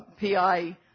PI